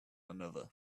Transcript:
another